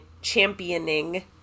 championing